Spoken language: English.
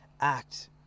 act